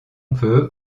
peut